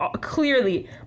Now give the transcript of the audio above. clearly